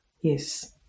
Yes